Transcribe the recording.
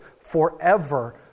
forever